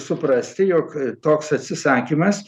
suprasti jog toks atsisakymas